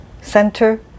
Center